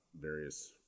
various